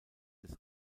des